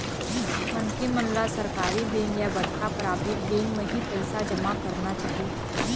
मनखे मन ल सरकारी बेंक या बड़का पराबेट बेंक म ही पइसा जमा करना चाही